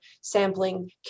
sampling